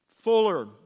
fuller